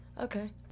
okay